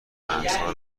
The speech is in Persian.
مرزها